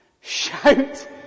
shout